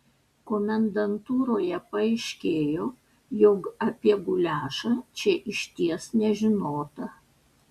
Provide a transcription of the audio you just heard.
komendantūroje paaiškėjo jog apie guliašą čia išties nežinota